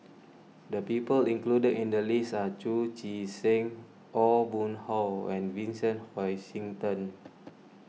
the people included in the list are Chu Chee Seng Aw Boon Haw and Vincent Hoisington